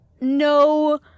no